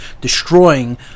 destroying